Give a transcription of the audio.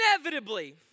Inevitably